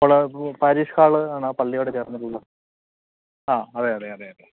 ഇപ്പോള് parish hall ആണ് ആ പള്ളിയോട് ചേർന്നിട്ടുള്ള ആ അതെ അതെ അതെ